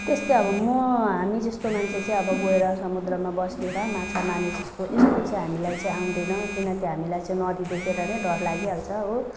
त्यस्तै अब म हामी जस्तो मान्छे चाहिँ अब गएर समुद्रमा बसेर माछा मार्ने जस्तो यस्तो चाहिँ हामीलाई चाहिँ आउँदैन किनकि हामीलाई चाहिँ नदी देख्यो भने डर लागिहाल्छ हो